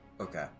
okay